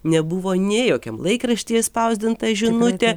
nebuvo nei jokiam laikrašty išspausdinta žinutė